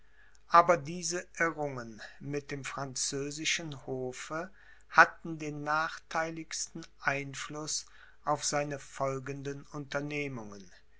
aber diese irrungen mit dem französischen hofe hatten den nachtheiligsten einfluß auf seine folgenden unternehmungen